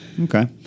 Okay